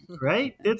Right